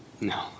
No